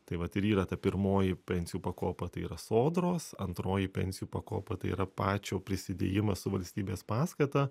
tai vat ir yra ta pirmoji pensijų pakopa tai yra sodros antroji pensijų pakopa tai yra pačio prisidėjimas su valstybės paskata